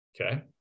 Okay